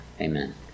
Amen